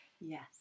Yes